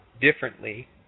differently